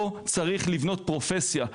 פה צריך לבנות פרופסיה,